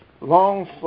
long